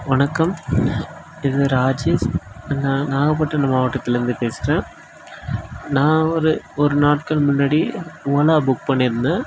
வணக்கம் இது ராஜேஷ் நாகப்பட்டினம் மாவட்டத்திலிருந்து பேசுகிறேன் நான் ஒரு ஒரு நாட்கள் முன்னாடி ஓலா புக் பண்ணியிருந்தேன்